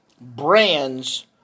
brands